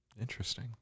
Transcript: Interesting